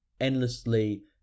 endlessly